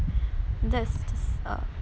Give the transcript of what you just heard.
that's just uh